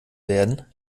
werden